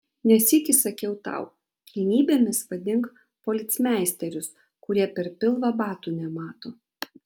ne sykį sakiau tau kilnybėmis vadink policmeisterius kurie per pilvą batų nemato